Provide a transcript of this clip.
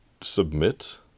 submit